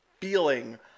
feeling